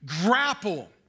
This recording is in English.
grapple